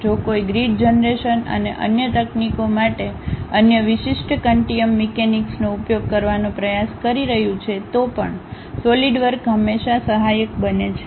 જો કોઈ grid generation અને અન્ય તકનીકો માટે અન્ય વિશિષ્ટ કન્ટિઅમ મિકેનિક્સનો ઉપયોગ કરવાનો પ્રયાસ કરી રહ્યું છે તો પણ સોલિડવર્ક હંમેશા સહાયક બને છે